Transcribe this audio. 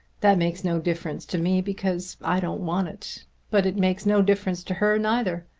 that makes no difference to me because i don't want it but it makes no difference to her neither!